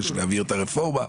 אחרי שנעביר את הרפורמה.